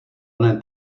onen